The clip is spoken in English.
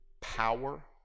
power